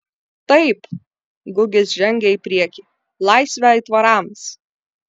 taip gugis žengė į priekį laisvę aitvarams